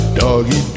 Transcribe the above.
doggy